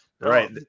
Right